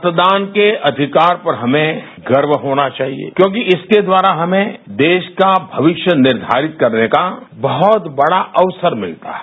मतदान के अधिकार पर हमें गर्व होना चाहिए क्योंकि इसके द्वारा हमें देश का भविष्य निर्धारित करने का बहुत बड़ा अवसर मिलता है